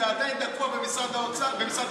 זה עדיין תקוע במשרד המשפטים,